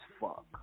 fuck